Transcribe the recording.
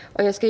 Og jeg skal